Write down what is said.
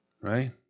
Right